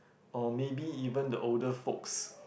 or maybe even the older folks